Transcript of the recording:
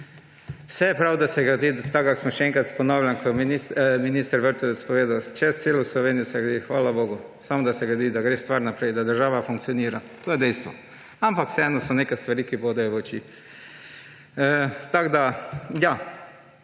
Je prav, da se gradi, tako kot, še enkrat pojavljam, je minister Vrtovec povedal, čez celo Slovenijo se gradi, hvala bogu. Samo, da se gradi, da gre stvar naprej, da država funkcionira, to je dejstvo. Ampak vseeno so neke stvari, ki bodejo v oči. Tako da ja.